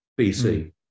BC